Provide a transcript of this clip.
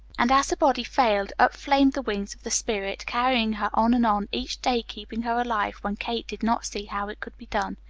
and as the body failed, up flamed the wings of the spirit, carrying her on and on, each day keeping her alive, when kate did not see how it could be done.